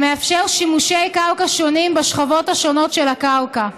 המאפשר שימושי קרקע שונים בשכבות השונות של הקרקע,